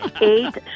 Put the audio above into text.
eight